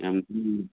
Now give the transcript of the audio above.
ꯌꯥꯝ